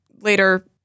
later